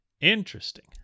Interesting